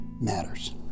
matters